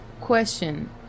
Question